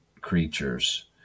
creatures